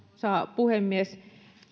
puhemies